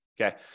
Okay